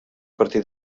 partir